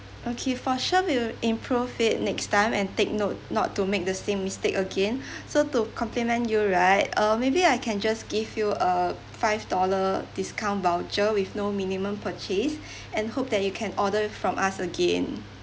okay for sure we'll improve it next time and take note not to make the same mistake again so to complement you right uh maybe I can just give you a five dollar discount voucher with no minimum purchase and hope that you can order from us again